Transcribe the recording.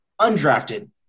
undrafted